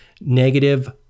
negative